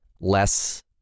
less